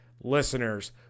listeners